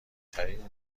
ترین